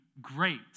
great